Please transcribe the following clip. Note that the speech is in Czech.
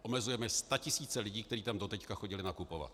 Omezujeme statisíce lidí, kteří tam doteď chodili nakupovat.